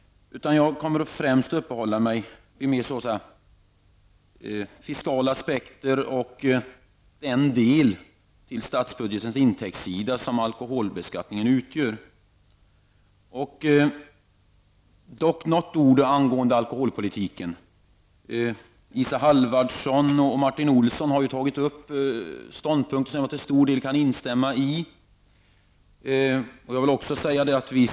Jag kommer främst att uppehålla mig vid fiskala aspekter och den del av statsbudgetens intäktssida som alkoholbeskattningen utgör. Jag skall dock säga några ord angående alkoholpolitiken. Isa Halvarsson och Martin Olsson har tagit upp ståndpunkter som jag till stor del kan instämma i.